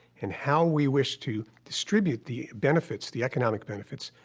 and how we wish to distribute the benefits, the economic benefits,